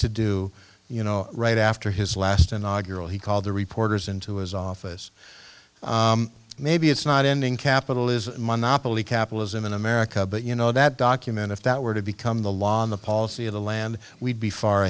to do you know right after his last inaugural he called the reporters into his office maybe it's not ending capitalism capitalism in america but you know that document if that were to become the law on the policy of the land we'd be far